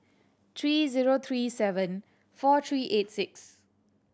three zero three seven four three eight six